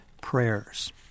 prayers